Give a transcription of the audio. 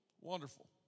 Wonderful